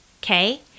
Okay